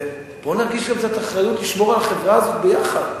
ובואו נרגיש גם קצת אחריות לשמור על החברה הזו ביחד.